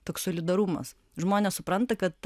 toks solidarumas žmonės supranta kad